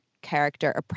Character